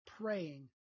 praying